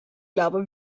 glaube